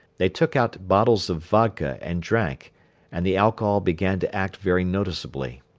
they took out bottles of vodka and drank and the alcohol began to act very noticeably.